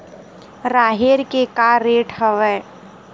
राहेर के का रेट हवय?